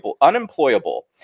unemployable